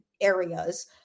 areas